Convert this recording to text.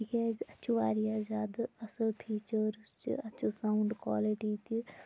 تکیازِ اتھ چھ واریاہ زیادٕ اصٕل فیٖچٲرٕس چھِ اتھ چھ ساوُنٛڈ کالٹی تہِ